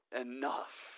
enough